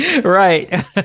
right